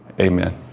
Amen